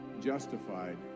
justified